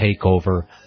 Takeover